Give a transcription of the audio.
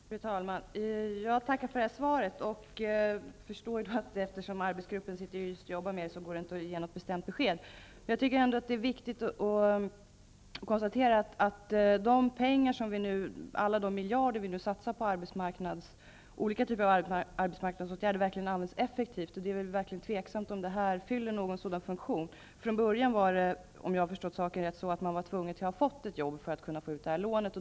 Fru talman! Jag tackar för svaret. Jag förstår att arbetsmarknadsministern inte kan ge något bestämt besked eftersom arbetsgruppens arbete pågår. Jag tycker ändå att det är viktigt att konstatera att alla de miljarder som vi nu satsar på olika typer av arbetsmarknadsåtgärder verkligen används effektivt, och det är mycket osäkert om detta fyller någon sådan funktion. Om jag har förstått saken rätt var det från början på det sättet att man var tvungen att ha fått ett jobb för att få ut detta lån.